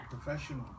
Professional